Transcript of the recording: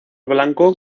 blanco